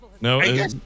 No